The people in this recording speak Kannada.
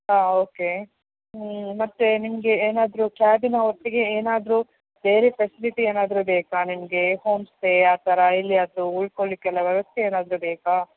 ಆಂ ಓಕೆ ಮತ್ತೆ ನಿಮಗೆ ಏನಾದರೂ ಕ್ಯಾಬಿನ ಒಟ್ಟಿಗೆ ಏನಾದರೂ ಬೇರೆ ಫೆಸಿಲಿಟಿ ಏನಾದರೂ ಬೇಕಾ ನಿಮಗೆ ಹೋಮ್ ಸ್ಟೇ ಆ ಥರ ಎಲ್ಲಿ ಆದರೂ ಉಳ್ಕೊಳ್ಲಿಕ್ಕೆ ಎಲ್ಲ ವ್ಯವಸ್ಥೆ ಏನಾದರೂ ಬೇಕಾ